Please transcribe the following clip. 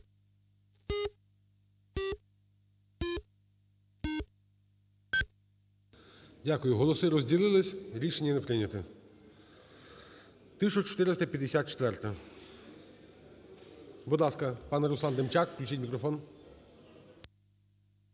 Дякую. Голоси розділились. Рішення не прийняте. 1454-а. Будь ласка, пане Руслан Демчак, включіть мікрофон.